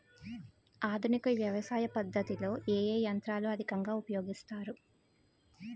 ఆధునిక వ్యవసయ పద్ధతిలో ఏ ఏ యంత్రాలు అధికంగా ఉపయోగిస్తారు?